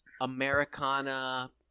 Americana